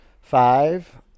five